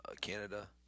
Canada